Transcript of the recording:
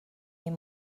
این